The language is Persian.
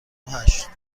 هشت